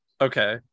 Okay